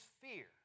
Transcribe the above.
fear